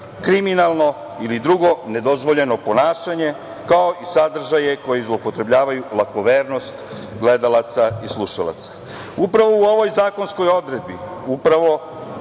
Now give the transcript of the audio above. kriminalno ili drugo nedozvoljeno ponašanje, kao i sadržaje koji zloupotrebljavaju lakovernost gledalaca i slušalaca. Upravo u ovoj zakonskoj odredbi, upravo